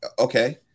Okay